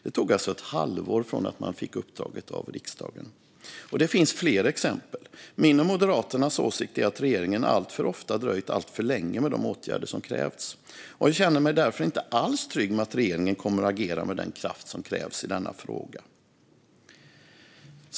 Det tog alltså ett halvår från det att man fått uppdraget av riksdagen. Det finns fler exempel. Min och Moderaternas åsikt är att regeringen alltför ofta dröjt alltför länge med de åtgärder som krävts, och jag känner mig därför inte alls trygg med att regeringen kommer att agera med den kraft som krävs i denna fråga.